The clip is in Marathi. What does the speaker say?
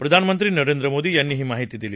प्रधानमंत्री नरेंद्र मोदी यांनी ही माहिती दिली